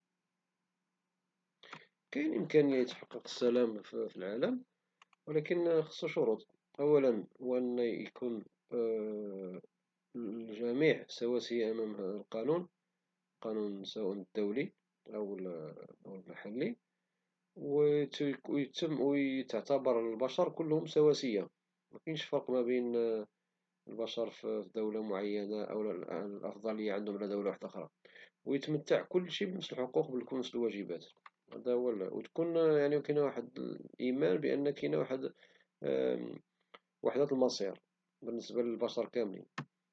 كاين إمكانية يتحقق السلام في العالم ولكن خصو شروط، أولا خصو يكون الجميع سواسية أمام القانون، سواء الدولي أو المحلي، ويتعتبر البشر كلهم سواسية مكينش الفرق بين البشر في دولة معينة أو تكون عندو الأفضلية على دولة أخرى ويتمتع كلشي بنفس الحقوق والواجبات ، ويكون كاين واحد الإيمان أن كاين وحدة المصير بالنسبة للبشر كاملين.